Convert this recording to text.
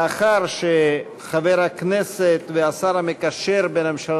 לאחר שחבר הכנסת והשר המקשר בין הממשלה